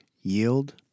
yield